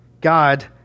God